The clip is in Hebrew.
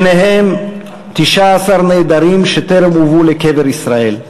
ביניהם 19 נעדרים שטרם הובאו לקבר ישראל,